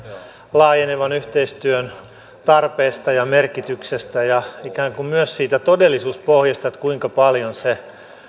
laajenevan yhteistyön tarpeesta ja merkityksestä ja ikään kuin myös siitä todellisuuspohjasta kuinka paljon se